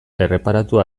erreparatu